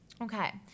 Okay